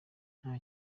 nta